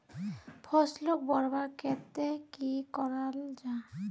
फसलोक बढ़वार केते की करा जाहा?